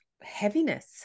heaviness